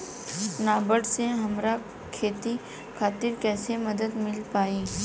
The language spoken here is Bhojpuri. नाबार्ड से हमरा खेती खातिर कैसे मदद मिल पायी?